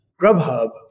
Grubhub